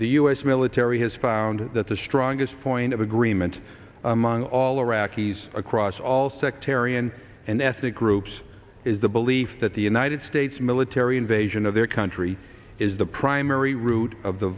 the u s military has found that the strongest point of agreement among all iraqis across all sectarian and ethnic groups is the belief that the united states military invasion of their country is the primary root of the